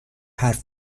حرف